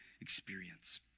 experience